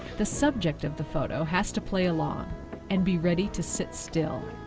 the subject of the photo has to play along and be ready to sit still.